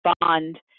bond